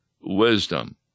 wisdom